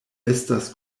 estas